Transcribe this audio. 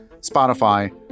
Spotify